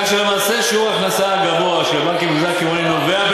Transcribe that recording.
כך שלמעשה שיעור ההכנסה הגבוה של הבנקים במגזר הקמעונאי נובע,